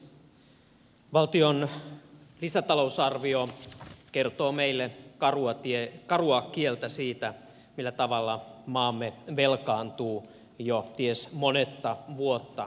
valtion lisätalousarvio kertoo meille karua kieltä siitä millä tavalla maamme velkaantuu jo ties kuinka monetta vuotta peräkkäin